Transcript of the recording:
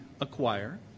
acquire